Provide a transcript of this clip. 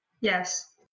Yes